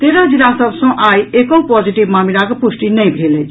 तेरह जिला सभ सँ आई एकहु पॉजिटिव मामिलाक प्रष्टि नहि भेल अछि